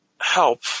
help